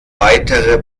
weitere